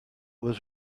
was